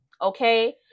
okay